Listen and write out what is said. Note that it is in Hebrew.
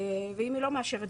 ואם היא לא מאשרת,